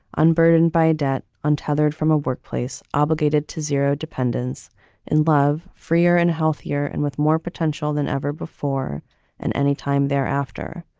unburdened by debt, untethered from a workplace obligated to zero dependence and love freer and healthier and with more potential than ever before and anytime thereafter,